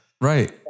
Right